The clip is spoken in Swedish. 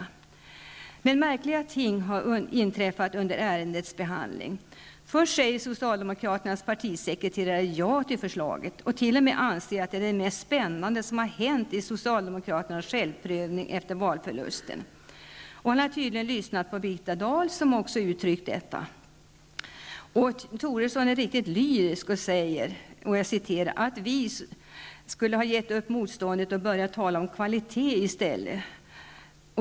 Men märkliga ting har inträffat under ärendets beredning. Först sade socialdemokraternas partisekreterare ja till förslaget och ansåg t.o.m. att det var det mest spännande som hänt i socialdemokraternas självprövning efter valförlusten. Han hade tydligen lyssnat på Birgitta Dahl, som också uttryckt detta. Toresson var riktigt lyrisk och sade att socialdemokraterna skulle ha givit upp motståndet och börjat tala om kvalitet i stället.